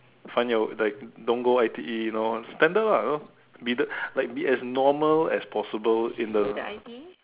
find your like don't go I_T_E you know standard lah be the like be as normal as possible in the